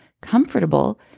comfortable